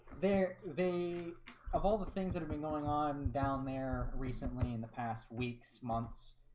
there they of all the things that have been going on down there recently in the past weeks months